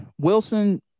Wilson